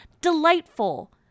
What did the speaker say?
delightful